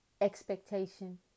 expectation